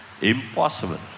Impossible